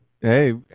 Hey